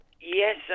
Yes